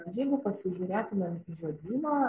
jeigu pasižiūrėtumėm į žodyną